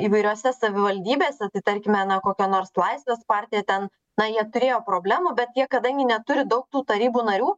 įvairiose savivaldybėse tai tarkime na kokio nors laisvės partija ten na jie turėjo problemų bet jie kadangi neturi daug tų tarybų narių